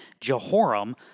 Jehoram